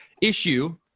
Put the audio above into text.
issue